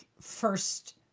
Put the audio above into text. first